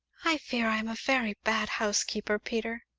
i fear i am a very bad housekeeper, peter.